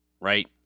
right